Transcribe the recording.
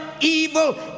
evil